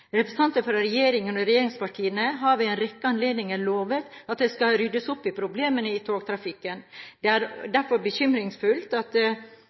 Representanter fra regjeringen og regjeringspartiene har ved en rekke anledninger lovet at det skal ryddes opp i problemene i togtrafikken. Det er derfor bekymringsfullt at